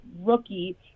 rookie